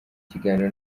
kiganiro